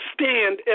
stand